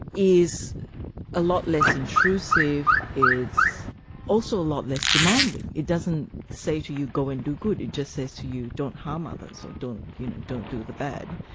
is a lot less intrusive, it's also a lot less demanding. it doesn't say to you, go and do good, it just says to you, don't harm others or don't you know don't do the bad,